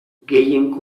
gehien